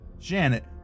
Janet